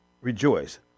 rejoice